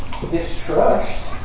distrust